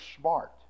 smart